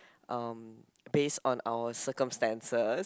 um based on our circumstances